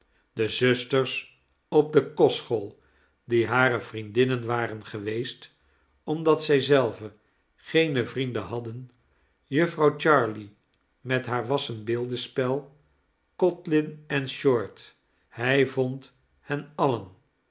de zusters op de kostschool die hare vriendinnen waren geweest omdat zij zelven geene vrienden hadden jufvrouw jarley met haar wassenbeeldenspel codlin en short hij vond hen alien